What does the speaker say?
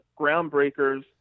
groundbreakers